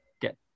get